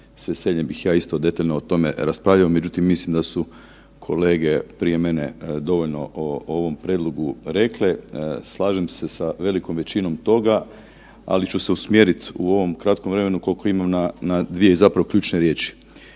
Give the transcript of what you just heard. veseljem bih ja isto detaljno o tome raspravljao, međutim mislim da su kolege prije mene dovoljno o ovom prijedlogu rekle. Slažem se sa velikom većinom toga, ali ću se usmjeriti u ovom kratkom vremenu koliko imam na dvije zapravo ključne riječi